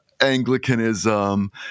Anglicanism